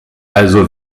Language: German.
also